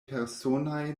personaj